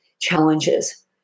challenges